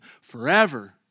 forever